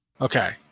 Okay